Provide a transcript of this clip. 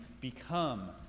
become